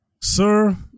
Sir